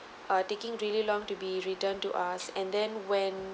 err taking really long to be returned to us and then when